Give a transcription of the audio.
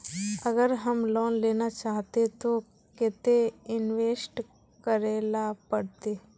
अगर हम लोन लेना चाहते तो केते इंवेस्ट करेला पड़ते?